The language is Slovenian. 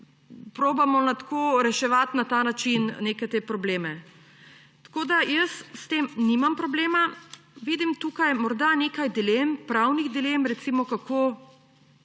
poskušamo reševati na ta način neke te probleme. Jaz s tem nimam problema. Vidim tukaj morda nekaj dilem, pravnih dilem, recimo kako